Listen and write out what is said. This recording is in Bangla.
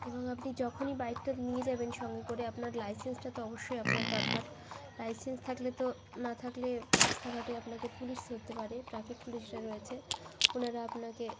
এবং আপনি যখনই বাইকটা নিয়ে যাবেন সঙ্গে করে আপনার লাইসেন্সটা তো অবশ্যই আপনার দরকার লাইসেন্স থাকলে তো না থাকলে রাস্তাঘাটে আপনাকে পুলিশ ধরতে পারে ট্রাফিক পুলিশরা রয়েছে ওনারা আপনাকে